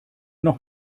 noch